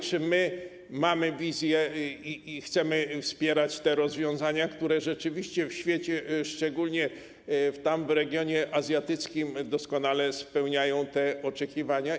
Czy mamy wizję i chcemy wspierać te rozwiązania, które rzeczywiście w świecie, szczególne w regionie azjatyckim, doskonale spełniają oczekiwania?